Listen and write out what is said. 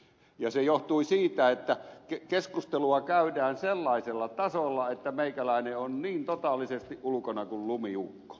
ja se johtui siitä että keskustelua käydään sellaisella tasolla että meikäläinen on niin totaalisesti ulkona kuin lumiukko